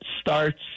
starts